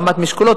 הרמת משקולות,